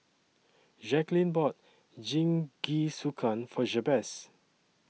Jacquelyn bought Jingisukan For Jabez